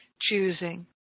choosing